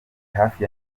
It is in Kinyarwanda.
hafi